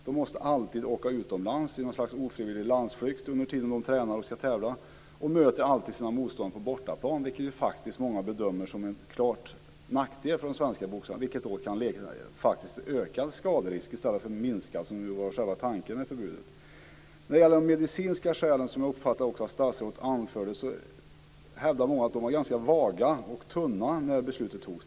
De måste alltid åka utomlands i något slags ofrivillig landsflykt under tiden de tränar och ska tävla och möter alltid sina motståndare på bortaplan, vilket många bedömer som en klar nackdel för de svenska boxarna och något som faktiskt kan leda till ökad skaderisk i stället för minskad, som ju var själva tanken med förbudet. När det gäller de medicinska skälen, som jag uppfattade att statsrådet också anförde, hävdar många att argumenten var ganska vaga och tunna när beslutet togs.